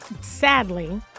sadly